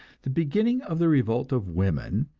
the beginning of the revolt of women,